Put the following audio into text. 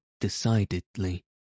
decidedly